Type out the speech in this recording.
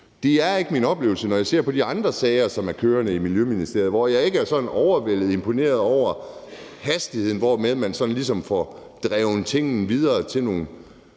Det er ikke min oplevelse, når jeg ser på de andre sager, som kører i Miljøministeriet, hvor jeg ikke er sådan overvældende imponeret over hastigheden, hvormed man ligesom får drevet tingene videre til nogle